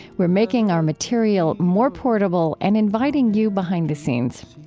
we're making our material more portable and inviting you behind the scenes.